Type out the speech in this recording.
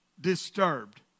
disturbed